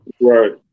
Right